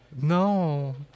No